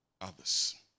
others